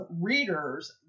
readers